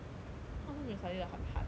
他好像没有 study 到很 hard 其实